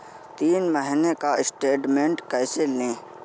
तीन महीने का स्टेटमेंट कैसे लें?